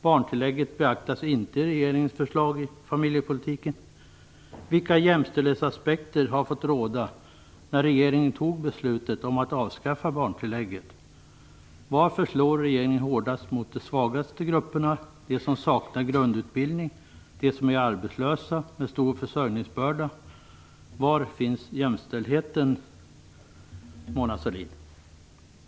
Barntillägget beaktas inte i regeringens förslag i familjepolitiken. Vilka jämställdhetsaspekter fick råda när regeringen tog beslutet om att avskaffa barntillägget? Varför slår regeringen hårdast mot de svagaste grupperna - de som saknar grundutbildning, de som är arbetslösa, de med stor försörjningsbörda? Var finns jämställdheten, Mona Sahlin?